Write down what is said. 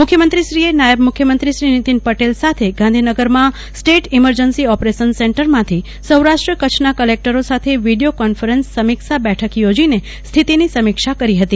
મુખ્યમંત્રીશ્રીએ નાયબ મુખ્યમંત્રી શ્રી નીતિનભાઇ પટેલ સાથે ગાંધીનગરમાં સ્ટેટ ઇમરજન્સી ઓપરેશન સેન્ટરમાંથી સૌરાષ્ટ્ર કચ્છના કલેકટરો સાથે વિડીયો કોન્ફરન્સ સમીક્ષા બેઠક યોજીને સ્થિતીની સમીક્ષા કરી હતી